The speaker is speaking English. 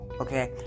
okay